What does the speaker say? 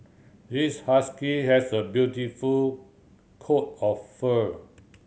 this husky has a beautiful coat of fur